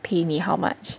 pay me how much